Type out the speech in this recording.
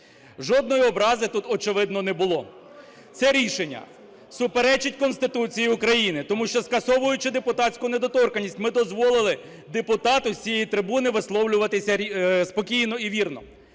Жодної образи, очевидно, не було. Це рішення суперечить Конституції України. Тому що, скасовуючи депутатську недоторканність, ми дозволили депутату з цієї трибуни висловлюватися спокійно і вірно.